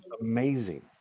Amazing